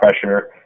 pressure